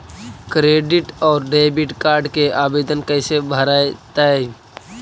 Credit और debit card के आवेदन कैसे भरैतैय?